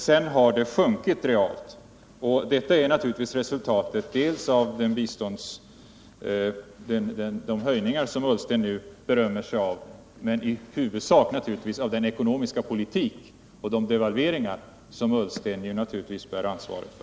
Sedan har det sjunkit realt. Detta är naturligtvis ett resulat dels av de höjningar som Ola Ullsten nu berömmer sig av, dels och i huvudsak av den ekonomiska politik och de devalveringar som Ola Ullsten självfallet delar ansvaret för.